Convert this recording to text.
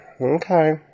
Okay